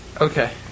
Okay